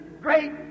great